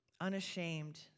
Unashamed